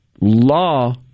law